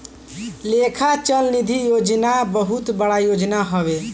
लेखा चल निधी योजना बहुत बड़ योजना हवे